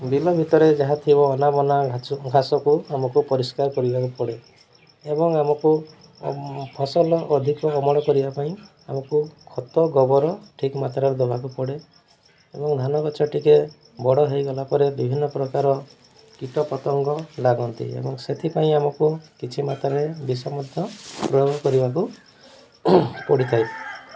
ବିଲ ଭିତରେ ଯାହା ଥିବ ଅନାବନା ଘାସକୁ ଆମକୁ ପରିଷ୍କାର କରିବାକୁ ପଡ଼େ ଏବଂ ଆମକୁ ଫସଲ ଅଧିକ ଅମଳ କରିବା ପାଇଁ ଆମକୁ ଖତ ଗୋବର ଠିକ୍ ମାତ୍ରାରେ ଦେବାକୁ ପଡ଼େ ଏବଂ ଧାନ ଗଛ ଟିକେ ବଡ଼ ହେଇଗଲା ପରେ ବିଭିନ୍ନ ପ୍ରକାର କୀଟ ପତଙ୍ଗ ଲାଗନ୍ତି ଏବଂ ସେଥିପାଇଁ ଆମକୁ କିଛି ମାତ୍ରାରେ ବିଷ ମଧ୍ୟ ପ୍ରୟୋଗ କରିବାକୁ ପଡ଼ିଥାଏ